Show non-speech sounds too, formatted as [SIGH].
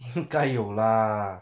[LAUGHS] 应该有 lah